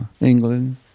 England